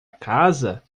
casa